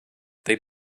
they